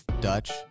Dutch